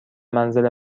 منزل